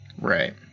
Right